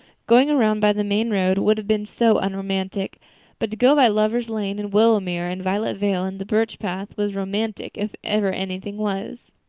going around by the main road would have been so unromantic but to go by lover's lane and willowmere and violet vale and the birch path was romantic, if ever anything was.